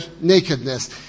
nakedness